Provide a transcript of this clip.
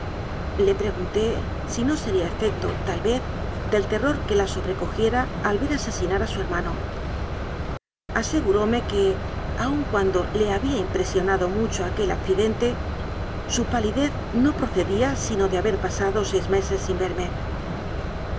le pregunté si no sería efecto tal vez del terror que la sobrecogiera al ver asesinar a su herma no aseguróme que aun cuando le había impre sionado mucho aquel accidente su palidez no pro cedía sino de haber pasado seis neses sin verme